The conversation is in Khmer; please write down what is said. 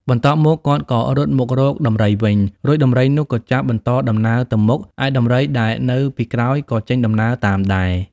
បន្ទាប់មក គាត់ក៏រត់មករកដំរីវិញ រួចដំរីនោះក៏ចាប់បន្តដំណើរទៅមុខ ឯដំរីដែលនៅពីក្រោយ ក៏ចេញ ដំណើរតាមដែរ ។